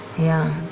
yeah,